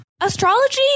Astrology